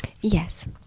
yes